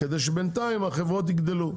כדי שבינתיים החברות יגדלו.